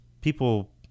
People